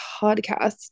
podcast